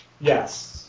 yes